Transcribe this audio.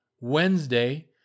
Wednesday